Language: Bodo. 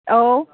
औ